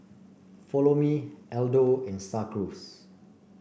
Follow Me Aldo and Star Cruise